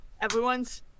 everyone's